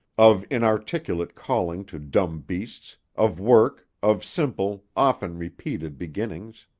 of inarticulate calling to dumb beasts, of work, of simple, often repeated beginnings.